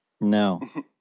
No